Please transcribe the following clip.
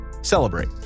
celebrate